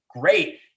great